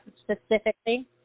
specifically